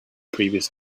previous